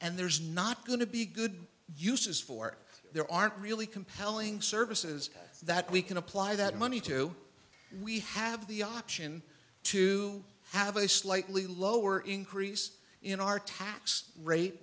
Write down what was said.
and there's not going to be good uses for there aren't really compelling services that we can apply that money to we have the option to have a slightly lower increase in our tax rate